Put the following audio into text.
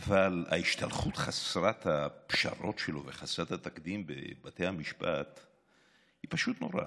אבל ההשתלחות חסרת הפשרות שלו וחסרת התקדים בבתי המשפט היא פשוט נוראה.